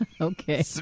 Okay